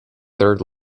third